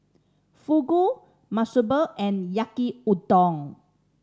Fugu Monsunabe and Yaki Udon